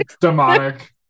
Demonic